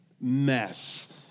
mess